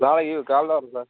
நாளைக்கு காலையில் வரோம் சார்